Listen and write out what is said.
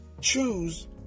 choose